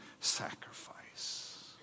sacrifice